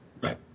Right